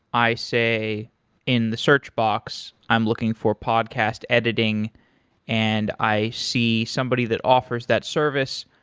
i say in the search box i'm looking for podcast editing and i see somebody that offers that service,